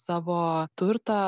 savo turtą